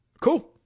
Cool